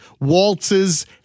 waltzes